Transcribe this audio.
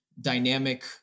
dynamic